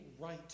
right